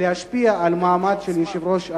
להשפיע על המעמד של יושב-ראש האיגוד.